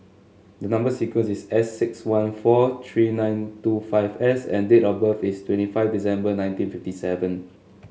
the number sequence is S six one four three nine two five S and date of birth is twenty five December nineteen fifty seven